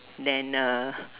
then uh